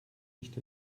nicht